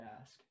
ask